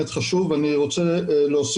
אבל אני דווקא רוצה לדבר,